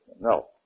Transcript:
no